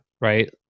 right